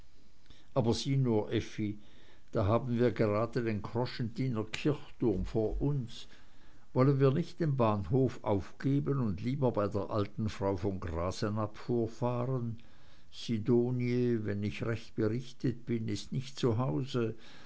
aber sieh nur effi da haben wir gerade den kroschentiner kirchturm dicht vor uns wollen wir nicht den bahnhof aufgeben und lieber bei der alten frau von grasenabb vorfahren sidonie wenn ich recht berichtet bin ist nicht